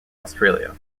australia